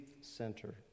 Center